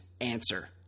answer